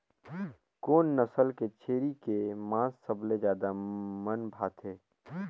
कोन नस्ल के छेरी के मांस सबले ज्यादा मन भाथे?